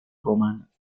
romanas